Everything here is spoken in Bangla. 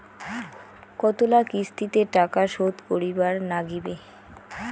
কতোলা কিস্তিতে টাকা শোধ করিবার নাগীবে?